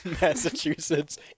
Massachusetts